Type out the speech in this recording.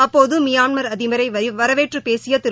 அப்போது மியான்மர் அதிபரை வரவேற்றுப்பேசிய திரு